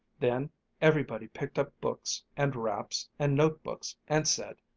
then everybody picked up books and wraps and note-books and said,